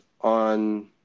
on